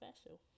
special